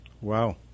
Wow